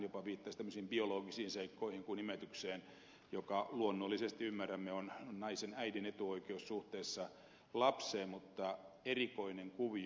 hän jopa viittasi tämmöisiin biologisiin seikkoihin kuten imetykseen joka luonnollisesti ymmärrämme on naisen äidin etuoikeus suhteessa lapseen mutta erikoinen kuvio